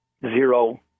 zero